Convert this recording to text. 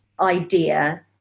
idea